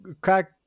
crack